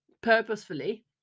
purposefully